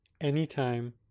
anytime